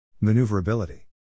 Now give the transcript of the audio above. Maneuverability